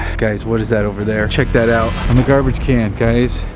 guys, what is that over there? check that out. on the garbage can. guys,